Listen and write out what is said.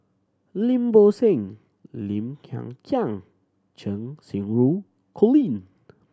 Lim Bo Seng Lim Hng Kiang Cheng Xinru Colin